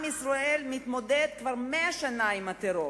עם ישראל מתמודד כבר 100 שנה עם הטרור.